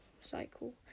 Cycle